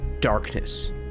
darkness